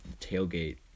tailgate